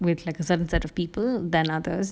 with like a certain set of people than others